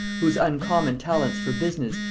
whose uncommon talents for business,